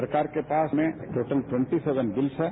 सरकार के पास में टोटल सत्ताईस बिल्स है